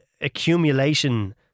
accumulation